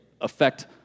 affect